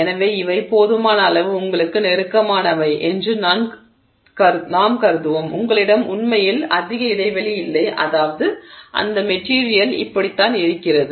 எனவே இவை போதுமான அளவு உங்களுக்கு நெருக்கமானவை என்று நாம் கருதுவோம் உங்களிடம் உண்மையில் அதிக இடைவெளி இல்லை அதாவது இந்த மெட்டீரியல் இப்படிதான் இருக்கிறது